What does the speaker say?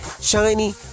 shiny